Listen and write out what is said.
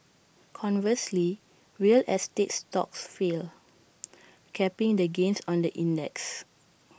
conversely real estate stocks fell capping the gains on the index